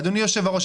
אדוני היושב ראש,